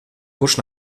kurš